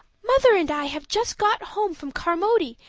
mother and i have just got home from carmody,